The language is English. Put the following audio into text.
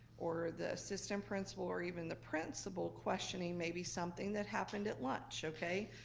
or the assistant principal, or even the principal questioning, maybe something that happened at lunch, okay?